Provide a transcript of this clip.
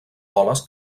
boles